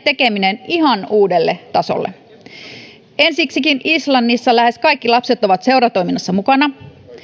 tekeminen ihan uudelle tasolle ensiksikin islannissa lähes kaikki lapset ovat seuratoiminnassa mukana